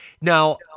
Now